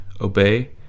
obey